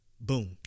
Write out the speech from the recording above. Boom